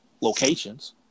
locations